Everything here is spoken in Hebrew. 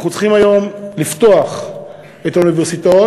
אנחנו צריכים היום לפתוח את האוניברסיטאות,